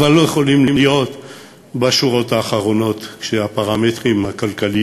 אבל אנחנו לא יכולים להיות בשורות האחרונות של הפרמטרים הכלכליים,